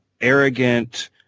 arrogant